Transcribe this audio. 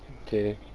k